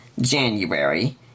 January